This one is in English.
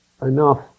Enough